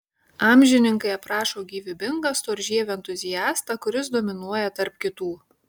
amžininkai aprašo gyvybingą storžievį entuziastą kuris dominuoja tarp kitų